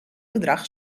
bedrag